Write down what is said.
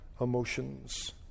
emotions